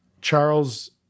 Charles